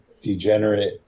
degenerate